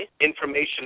Information